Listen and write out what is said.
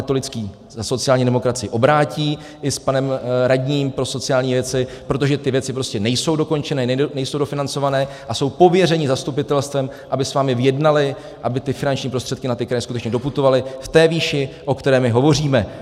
Netolický za sociální demokracii obrátí i s panem radním pro sociální věci, protože ty věci prostě nejsou dokončené, nejsou dofinancované a jsou pověřeni zastupitelstvem, aby s vámi jednali, aby ty finanční prostředky na kraje skutečně doputovaly v té výši, o které my hovoříme.